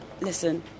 listen